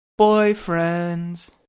Boyfriends